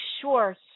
sure